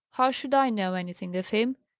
how should i know anything of him?